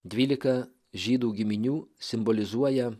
dvylika žydų giminių simbolizuoja